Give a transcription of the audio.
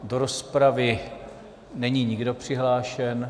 Do rozpravy není nikdo přihlášen.